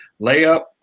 layup